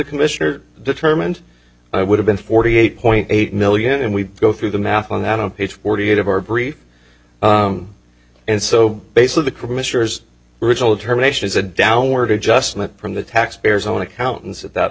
commissioner determined i would have been forty eight point eight million and we go through the math on that on page forty eight of our brief and so basically the commissioner's original terminations a downward adjustment from the taxpayers own accountants at that